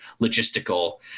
logistical